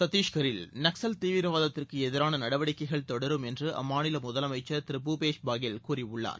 சத்தீஷ்கரில் நக்ஸல் தீவிரவாதத்திற்கு எதிரான நடவடிக்கைகள் தொடரும் என்று அம்மாநில முதலமைச்சர் திரு பூபேஷ் பாகல் கூறியுள்ளார்